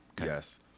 Yes